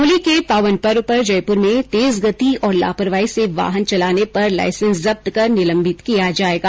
होली के पावन पर्व पर जयपुर में तेजगति और लापरवाही से वाहन चलाने पर लाइसेंस जब्त कर निलम्बित किया जायेगा